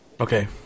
Okay